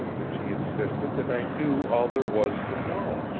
and she insisted that i knew all there was to know.